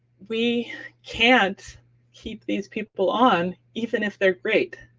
we can't keep these people on, even if they're great.